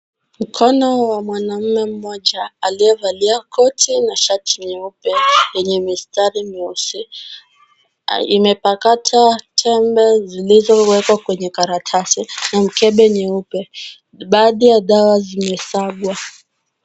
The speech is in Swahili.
Mkono wa mwanaume mmoja, aliyevalia koti na shati nyeupe, lenye mistari mieusi. Imepakata tembe zilizowekwa kwenye karatasi na mkebe nyeupe. Baadhi ya dawa zimesagwa.